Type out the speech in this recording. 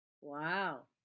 Wow